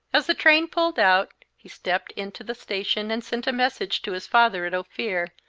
as the train pulled out he stepped into the station and sent a message to his father at ophir,